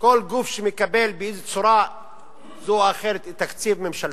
כל גוף שמקבל בצורה זו או אחרת תקציב ממשלתי,